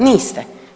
Niste.